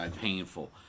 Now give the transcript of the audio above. painful